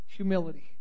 humility